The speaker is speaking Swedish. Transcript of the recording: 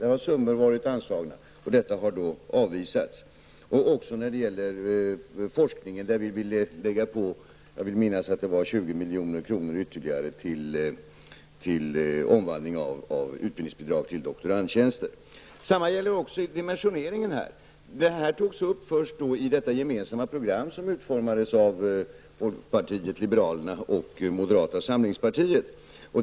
Där har summor varit anslagna, och dessa har då avvisats. När det gäller forskningen ville vi lägga på, vill jag minnas att det var, 20 milj.kr. ytterligare till omvandling av utbildningsbidrag till doktorandtjänster. Detsamma gäller också i dimensioneringen här. Det här togs upp först i det gemensamma program som utformades av folkpartiet liberalerna och moderata samlingspartiet.